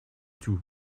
tout